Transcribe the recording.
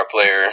player